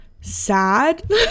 sad